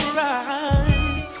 right